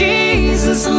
Jesus